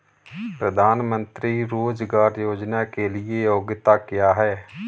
प्रधानमंत्री रोज़गार योजना के लिए योग्यता क्या है?